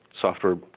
software